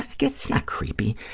it's not creepy.